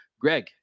Greg